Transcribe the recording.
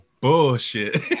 bullshit